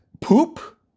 poop